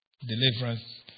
deliverance